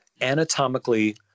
anatomically